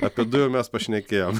apie du jau mes pašnekėjom